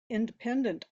independent